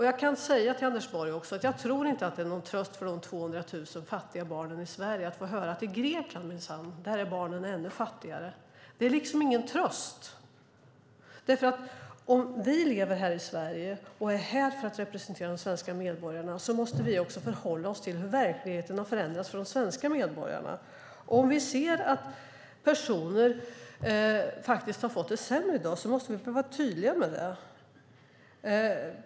Jag kan säga till Anders Borg att jag inte tror att det är någon tröst för de 200 000 fattiga barnen i Sverige att höra att i Grekland är barnen minsann ännu fattigare. Det är ingen tröst. Vi lever här i Sverige och är här för att representera de svenska medborgarna. Vi måste förhålla oss till hur verkligheten har förändrats för de svenska medborgarna. Om vi ser att personer har fått det sämre i dag måste vi vara tydliga med det.